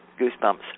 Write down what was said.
goosebumps